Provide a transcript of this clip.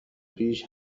پیش